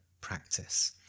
practice